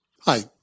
Hi